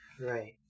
Right